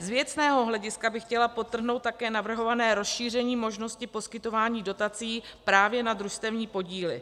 Z věcného hlediska bych chtěla podtrhnout také navrhované rozšíření možnosti poskytování dotací právě na družstevní podíly.